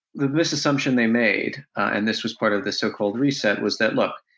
the misassumption they made, and this was part of the so-called reset was that look,